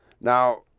Now